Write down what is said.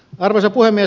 arvoisa puhemies